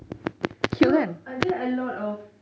so are there a lot of